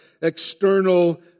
external